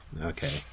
Okay